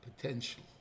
potential